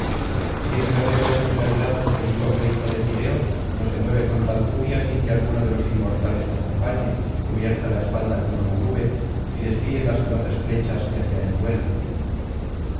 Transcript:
si ese guerrero es en realidad el belicoso hijo de tideo no se mueve con tal furia sin que alguno de los inmortales le acompañe cubierta la espalda con una nube y desvíe las veloces flechas que hacia él vuelan